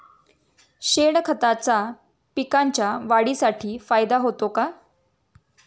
शेणखताचा पिकांच्या वाढीसाठी फायदा होतो का?